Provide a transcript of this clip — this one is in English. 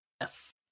Yes